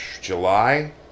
July